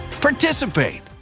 participate